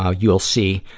ah you'll see,